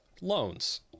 loans